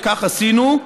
וכך עשינו.